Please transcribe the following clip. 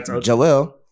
Joel